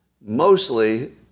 Mostly